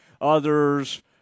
others